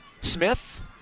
Smith